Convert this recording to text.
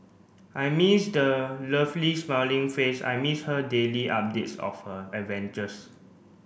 I miss the lovely smiling face I miss her daily updates of her adventures